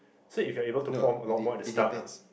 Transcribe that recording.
so if you are able to form a lot more at the start ah